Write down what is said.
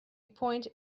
point